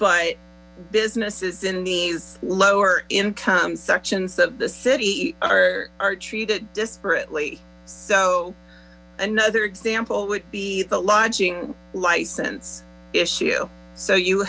but businesses in these lower income sections of the city are treated desperately so another example would be the lodging license issue so you